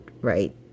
right